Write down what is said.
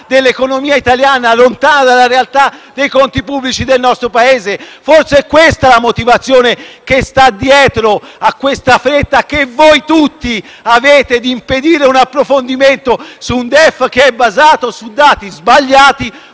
dell'economia italiana e dei conti pubblici del nostro Paese. Forse è questa la motivazione che sta dietro alla fretta che voi tutti avete di impedire un approfondimento su un DEF basato su dati sbagliati,